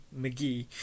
McGee